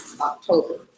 October